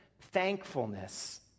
Thankfulness